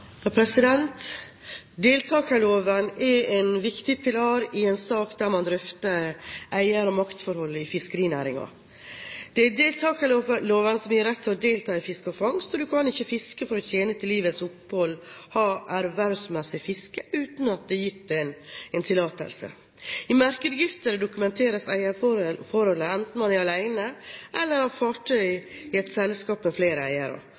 en viktig pilar i en sak der man drøfter eier- og maktforhold i fiskerinæringen. Det er deltakerloven som gir rett til å delta i fiske og fangst, og du kan ikke fiske for å tjene til livets opphold, ha ervervsmessig fiske, uten at det er gitt tillatelse. I Merkeregisteret dokumenteres eierforhold, enten man er alene eller har fartøy i et selskap med flere eiere.